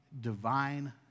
divine